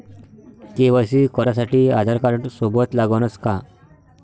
KYC करासाठी आधारकार्ड सोबत लागनच का?